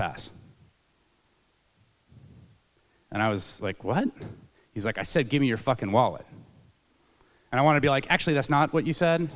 pass and i was like what he's like i said give me your fucking wallet and i want to be like actually that's not what you said